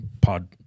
pod